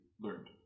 learned